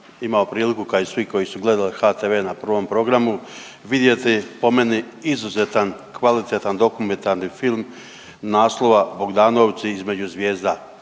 imao priliku kao i svi koji su gledali HTV na prvom programu vidjeti po meni izuzetan kvalitetan dokumentarni film naslova Bogdanovci između zvijezda,